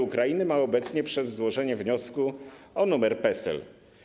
Ukrainy ma obecnie przez złożenie wniosku o numer PESEL.